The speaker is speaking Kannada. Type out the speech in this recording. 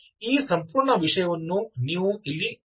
ಈ ಸಂಪೂರ್ಣ ವಿಷಯವನ್ನು ನೀವು ಇಲ್ಲಿ ನೋಡಬಹುದು